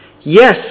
Yes